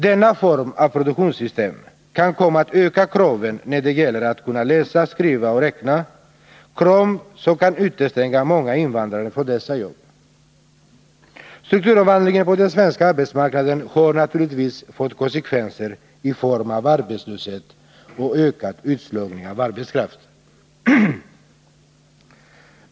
Denna form av produktionssystem kan komma att öka kraven när det gäller att kunna läsa, skriva och räkna, krav som kan utestänga många invandrare från dessa jobb. Strukturomvandlingen på den svenska arbetsmarknaden har naturligtvis fått konsekvenser i form av arbetslöshet och ökad utslagning av arbetskraft.